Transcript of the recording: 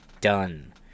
done